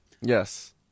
Yes